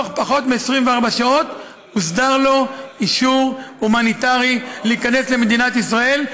בתוך פחות מ-24 שעות הוסדר לו אישור הומניטרי להיכנס למדינת ישראל,